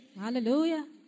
Hallelujah